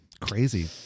Crazy